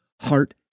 heart